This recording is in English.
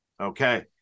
Okay